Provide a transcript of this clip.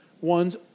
ones